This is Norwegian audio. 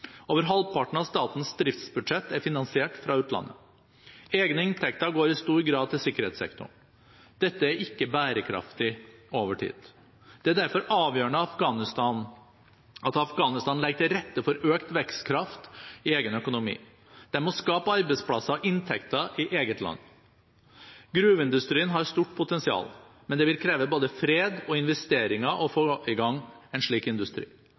Over halvparten av statens driftsbudsjett er finansiert fra utlandet. Egne inntekter går i stor grad til sikkerhetssektoren. Dette er ikke bærekraftig over tid. Det er derfor avgjørende at Afghanistan legger til rette for økt vekstkraft i egen økonomi. De må skape arbeidsplasser og inntekter i eget land. Gruveindustrien har stort potensial, men det vil kreve både fred og investeringer å få i gang en slik industri.